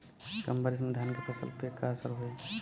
कम बारिश में धान के फसल पे का असर होई?